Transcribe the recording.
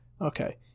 Okay